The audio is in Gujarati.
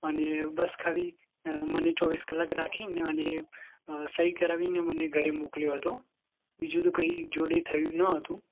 અને બસ ખાલી મને ચોવીસ કલાક રાખી મારી સહી કરાવી અને મને ઘરે મોકલ્યો હતો બીજુ તો કંઈ જોડે થયું ન હતું